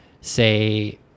say